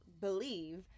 believe